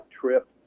trip